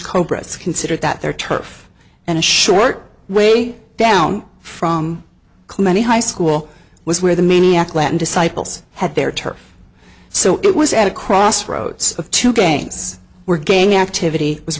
cobras considered that their turf and a short way down from clemente high school was where the maniac latin disciples had their turf so it was at a crossroads of two gangs were gang activity was